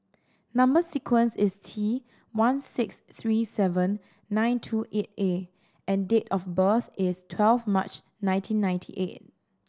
number sequence is T one six three seven nine two eight A and date of birth is twelve March nineteen ninety eight